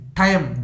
time